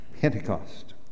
Pentecost